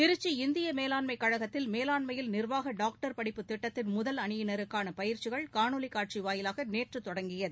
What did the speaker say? திருச்சி இந்திய மேலாண்மை கழகத்தில் மேலாண்மையில் நிர்வாக டாக்டர் படிப்பு திட்டத்தின் முதல் அணியினருக்கான பயிற்சிகள் காணொளி காட்சி வாயிலாக நேற்று தொடங்கியது